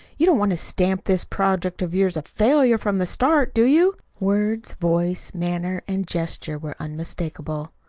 you don't want to stamp this project of yours a failure from the start, do you? words, voice, manner, and gesture were unmistakable.